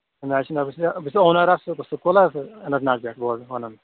مےٚ حظ چھُ ناو بہٕ چھُس اوٚنر اکھ سکوٗلَس اَننت ناگ پٮ۪ٹھ وَنان